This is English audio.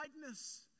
likeness